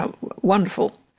wonderful